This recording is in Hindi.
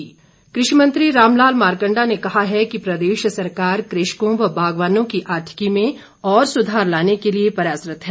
मारकंडा कृषि मंत्री रामलाल मारकंडा ने कहा है कि प्रदेश सरकार कृषकों व बागवानों की आर्थिकी में और सुधार लाने के लिए प्रयासरत है